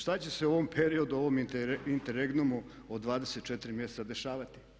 Šta će se u ovom periodu u ovom inter regnumu od 24 mjeseca dešavati?